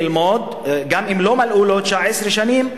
ללמוד גם אם לא מלאו לו 19 שנים,